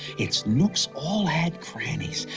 its nooks all had crannies.